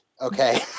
Okay